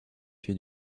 fait